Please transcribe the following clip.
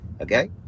Okay